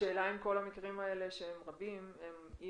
השאלה אם כל המקרים האלה, שהם רבים, הם אי